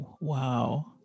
Wow